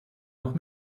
noch